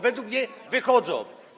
Według mnie wychodzą.